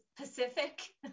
Pacific